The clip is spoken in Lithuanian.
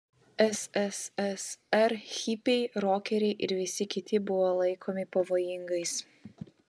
sssr hipiai rokeriai ir visi kiti buvo laikomi pavojingais